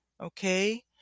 okay